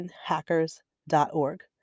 hackers.org